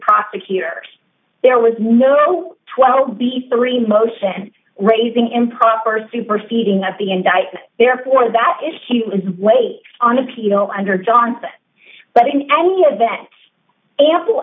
prosecutors there was no twelve b three motion raising improper superseding of the indictment therefore that issue was weight on appeal under johnson but in any event ample